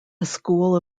school